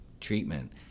treatment